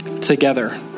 together